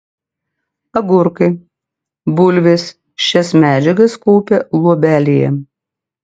agurkai bulvės šias medžiagas kaupia luobelėje